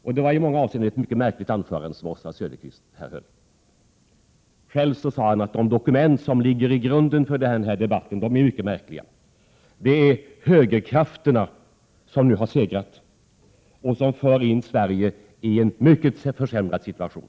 Det var ett i många avseenden mycket märkligt anförande som Oswald Söderqvist höll här. Han sade själv bl.a. att de dokument som ligger till grund för denna debatt är mycket märkliga. Det är högerkrafterna som nu har segrat och som för in Sverige i en mycket försämrad situation.